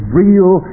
real